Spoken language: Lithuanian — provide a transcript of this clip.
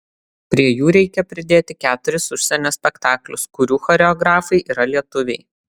prie jų reikia pridėti keturis užsienio spektaklius kurių choreografai yra lietuviai